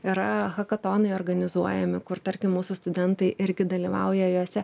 yra hakatonai organizuojami kur tarkim mūsų studentai irgi dalyvauja juose